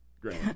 Great